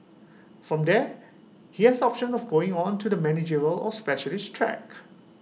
from there he has option of going on to the managerial or specialist track